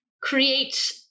create